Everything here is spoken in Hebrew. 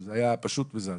שזה היה פשוט מזעזע.